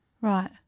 Right